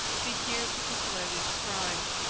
be here particularly described.